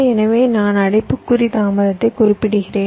எனவே நான் அடைப்புக்குறி தாமதத்தைக் குறிக்கிறேன்